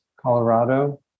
Colorado